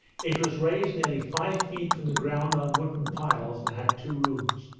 it was raised nearly five feet from the ground on wooden piles, and had two rooms.